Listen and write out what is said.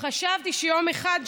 חשבתי שיום אחד,